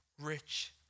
rich